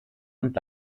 und